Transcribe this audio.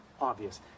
obvious